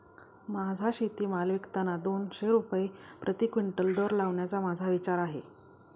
माझा शेतीमाल विकताना दोनशे रुपये प्रति क्विंटल दर लावण्याचा माझा विचार आहे